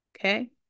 Okay